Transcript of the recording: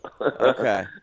Okay